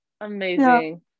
amazing